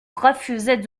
refusaient